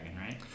right